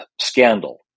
scandal